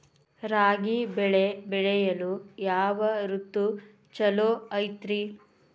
ರಾಗಿ ಬೆಳೆ ಬೆಳೆಯಲು ಯಾವ ಋತು ಛಲೋ ಐತ್ರಿ?